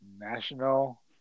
National